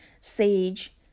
sage